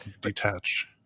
detach